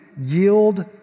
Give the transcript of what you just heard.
yield